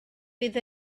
bydd